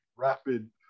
rapid